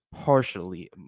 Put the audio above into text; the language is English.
partially